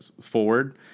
forward